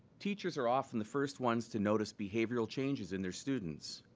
teachers are often the first ones to notice behavioural changes in their students,